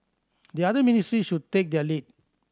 the other ministries should take their lead